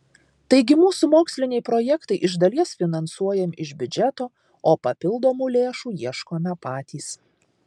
taigi mūsų moksliniai projektai iš dalies finansuojami iš biudžeto o papildomų lėšų ieškome patys